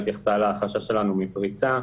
התייחסה לחשש שלנו מפריצה.